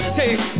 take